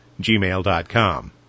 gmail.com